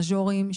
מג'וריים,